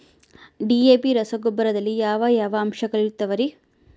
DAP ರಸಗೊಬ್ಬರದಲ್ಲಿ ಯಾವ ಯಾವ ಅಂಶಗಳಿರುತ್ತವರಿ?